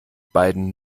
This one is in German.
beiden